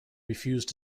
refused